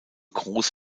groß